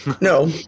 No